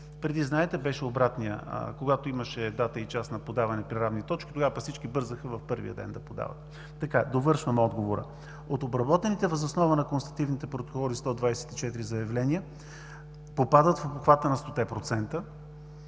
Преди, знаете, беше обратно, когато имаше дата и час на подаването при равни точки, тогава пък всички бързаха в първия ден да подават. От обработените въз основа на констативните протоколи 124 заявления – попадат в обхвата на 100-те